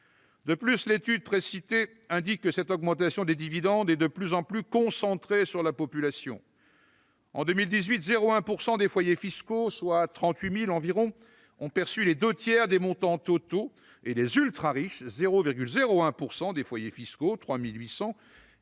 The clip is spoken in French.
De plus, l'étude précitée indique que cette augmentation des dividendes est de plus en plus concentrée sur la population. En 2018, 0,1 % des foyers fiscaux, soit 38 000 personnes environ, ont perçu les deux tiers des montants totaux et les ultrariches, soit 0,01 % des foyers fiscaux ou 3 800